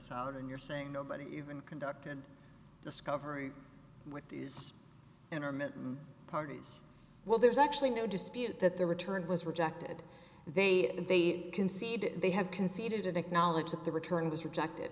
out and you're saying nobody even conducted discovery with these intermittent parties well there's actually no dispute that their return was rejected they conceded they have conceded and acknowledge that the return was rejected